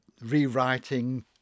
rewriting